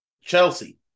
Chelsea